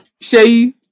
Shay